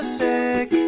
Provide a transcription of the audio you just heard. sick